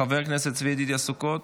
חבר הכנסת צבי ידידיה סוכות,